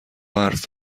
حرف